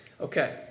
Okay